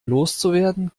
loszuwerden